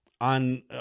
on